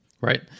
right